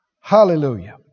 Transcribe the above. Hallelujah